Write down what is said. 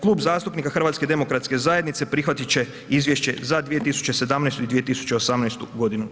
Klub zastupnika HDZ-a prihvat će izvješće za 2017. i 2018. godinu.